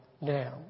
now